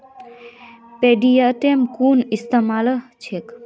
पेटीएमेर कुन इस्तमाल छेक